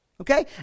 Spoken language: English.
Okay